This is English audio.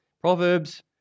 Proverbs